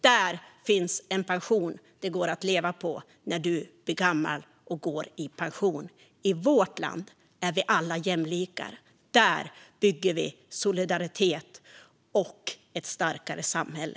Där finns en pension det går att leva på när du blir gammal och går i pension. I vårt land är vi alla jämlikar. Där bygger vi solidaritet och ett starkare samhälle.